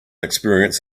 experience